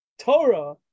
Torah